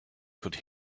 could